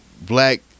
black